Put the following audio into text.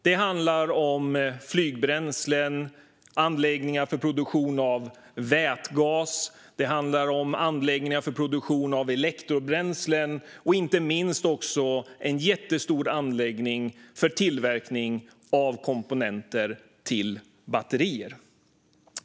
Det handlar om flygbränslen, anläggningar för produktion av vätgas, anläggningar för produktion av elektrobränslen och inte minst en jättestor anläggning för tillverkning av komponenter till batterier.